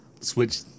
switch